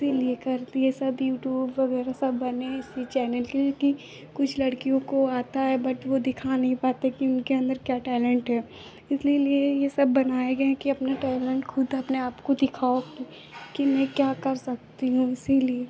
इसीलिए करती यह सब यूटूब वगैरह सब बने हैं इसी चैनल के लिए कि कुछ लड़कियों को आता है बट वह दिखा नहीं पाते कि उनके अंदर क्या टैलेन्ट है इसीलिए यह सब बनाए गए हैं कि अपना टैलेन्ट खुद अपने आपको दिखाओ कि कि मैं क्या कर सकती हूँ इसीलिए